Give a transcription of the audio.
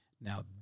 Now